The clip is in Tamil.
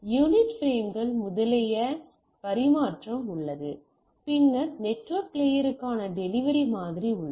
யூனிட் பிரேம்கள் முதலியன பரிமாற்றம் உள்ளது பின்னர் நெட்வொர்க் லேயருக்கான டெலிவரி மாதிரி உள்ளது